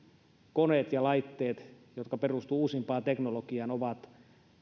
koneet ja laitteet jotka perustuvat uusimpaan teknologiaan ovat